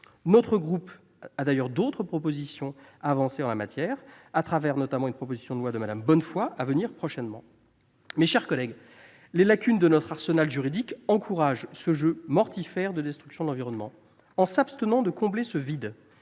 Notre groupe a d'ailleurs, en la matière, d'autres propositions à avancer ; en témoignera notamment une proposition de loi que Mme Bonnefoy déposera prochainement. Mes chers collègues, les lacunes de notre arsenal juridique encouragent le jeu mortifère de la destruction de l'environnement. Nous nous abstenons de combler ce vide,